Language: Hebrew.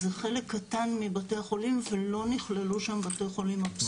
זה חלק קטן מבתי החולים ולא נכללו שם בתי החולים הפסיכיאטרים.